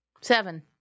Seven